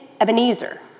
Ebenezer